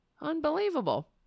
Unbelievable